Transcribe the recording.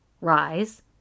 Rise